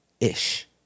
Ish